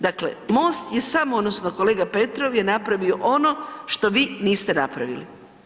Dakle, MOST je samo odnosno kolega Petrov je napravio ono što vi niste napravili.